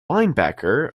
linebacker